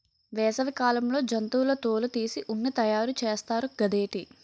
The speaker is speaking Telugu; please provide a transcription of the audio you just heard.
వేసవి కాలంలో జంతువుల తోలు తీసి ఉన్ని తయారు చేస్తారు గదేటి